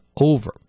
over